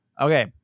Okay